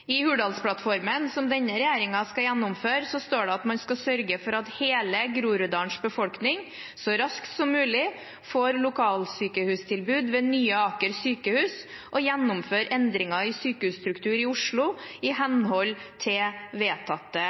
I Hurdalsplattformen, som denne regjeringen skal gjennomføre, står det at man skal «Sørge for at hele Groruddalens befolkning så raskt som mulig får lokalsykehustilbud ved Nye Aker sykehus og gjennomføre endringer i sykehusstrukturen i Oslo i henhold til vedtatte